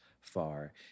far